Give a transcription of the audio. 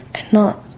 and not